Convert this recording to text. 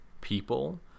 people